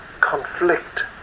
conflict